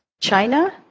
China